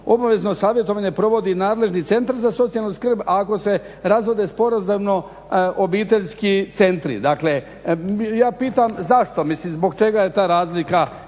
obavezno savjetovanje provodi nadležni Centar za socijalnu skrb, a ako se razvode sporazumno obiteljski centri. Dakle ja pitam zašto? Mislim zbog čega je ta razlika